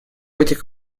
этих